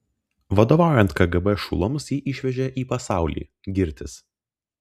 vadovaujant kgb šulams jį išvežė į pasaulį girtis